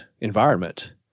environment